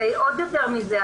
ועוד יותר מזה,